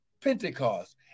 Pentecost